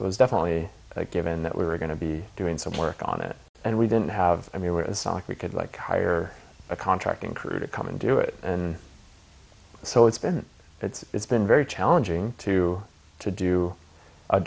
it was definitely a given that we were going to be doing some work on it and we didn't have i mean we're a sock we could like hire a contracting crew to come and do it and so it's been it's been very challenging to to do a